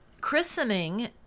Christening